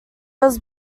was